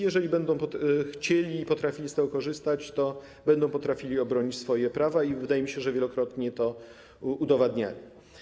Jeżeli będą chcieli i potrafią z tego korzystać, to potrafią obronić swoje prawa, i wydaje mi się, że wielokrotnie to udowadniali.